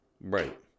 Right